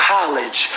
College